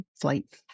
flight